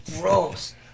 Gross